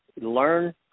learn